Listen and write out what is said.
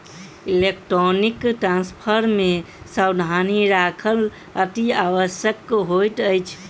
electronic transfer मे सावधानी राखब अतिआवश्यक होइत अछि